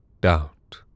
Doubt